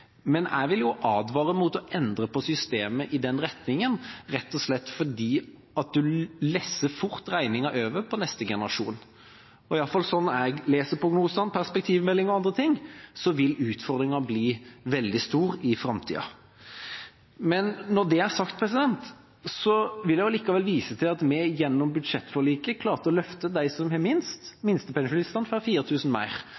Men jeg vil advare mot å endre systemet i den retningen, rett og slett fordi en fort lesser regninga over på neste generasjon. Iallfall slik jeg leser prognosene, perspektivmeldinga og andre ting, vil utfordringen bli veldig stor i framtida. Når det er sagt, vil jeg allikevel vise til at vi gjennom budsjettforliket klarte å løfte dem som har minst – minstepensjonistene får 4 000 kr mer.